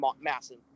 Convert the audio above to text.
massive